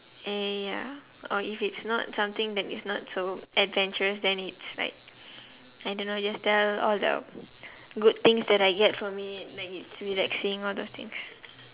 ya ya ya or if it's not something that is not so adventurous then it's like I don't know just tell all the good things that I get from it like it's relaxing all those things